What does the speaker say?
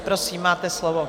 Prosím, máte slovo.